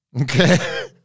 Okay